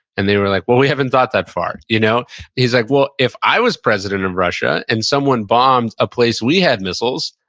and they were like, well, we haven't thought that far. you know he's like, well, if i was president of russia, and someone bombed a place we had missiles,